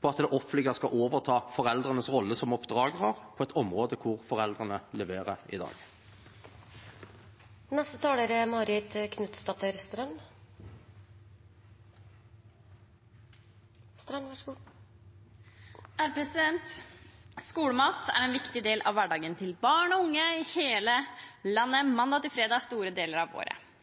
på at det offentlige skal overta foreldrenes rolle som oppdragere på et område der foreldrene leverer i dag. Skolemat er en viktig del av hverdagen til barn og unge i hele landet, mandag til fredag store deler av